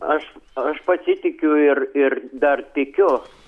aš aš pasitikiu ir ir dar tikiu